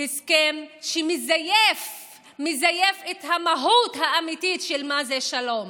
הסכם שמזייף את המהות האמיתית של מה זה שלום.